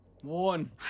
One